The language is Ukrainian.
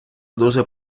дуже